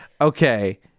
Okay